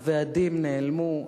הוועדים נעלמו,